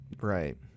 Right